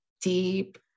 deep